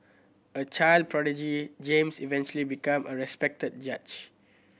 a child prodigy James eventually become a respected judge